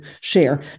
share